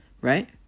right